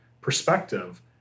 perspective